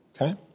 okay